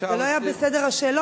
זה לא היה בסדר השאלות,